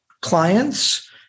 clients